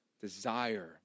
desire